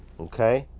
okay?